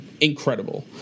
incredible